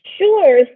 Sure